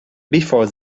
before